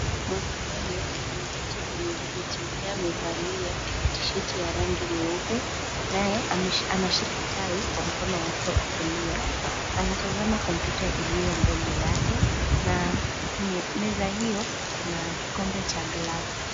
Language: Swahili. Mwanamume ameketi kwenye kiti naye amevalia tisheti ya rangi nyeupe, naye anashika tai kwa mkono wake wa kulia. Anatazama kompyuta iliyo mbele yake na kwenye meza hiyo, kuna kikombe cha glasi.